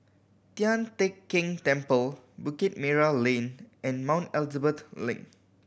Tian Teck Keng Temple Bukit Merah Lane and Mount Elizabeth Link